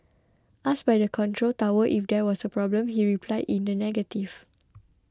asked by the control tower if there was a problem he replied in the negative